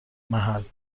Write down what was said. محل